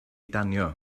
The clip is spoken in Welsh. danio